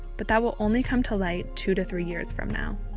but that will only come to light two to three years from now.